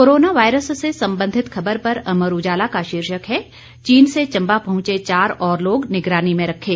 corona virus से संबंधित खबर पर अमर उजाला का शीर्षक है चीन से चंबा पहुंचे चार और लोग निगरानी में रखे